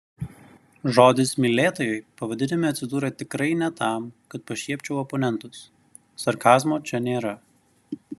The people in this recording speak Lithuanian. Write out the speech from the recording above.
žodis mylėtojai pavadinime atsidūrė tikrai ne tam kad pašiepčiau oponentus sarkazmo čia nėra